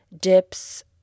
dips